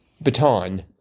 baton